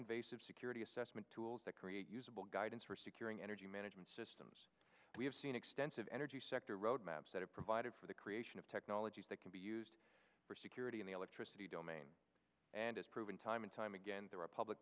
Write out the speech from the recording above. invasive security assessment tools that create usable guidance for securing energy management systems we have seen extensive energy sector road maps that have provided for the creation of technologies that can be used for security in the electricity domain and has proven time and time again there are public